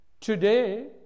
Today